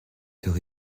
heures